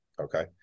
Okay